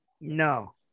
No